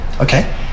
Okay